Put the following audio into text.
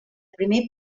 primer